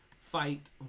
fight